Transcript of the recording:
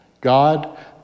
God